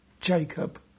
jacob